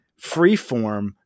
Freeform